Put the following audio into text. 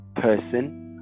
person